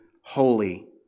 holy